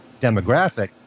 demographic